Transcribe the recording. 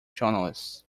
journalists